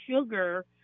Sugar